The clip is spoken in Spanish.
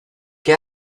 qué